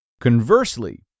conversely